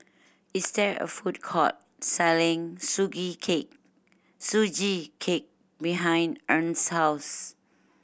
is there a food court selling cake Sugee Cake behind Ernst house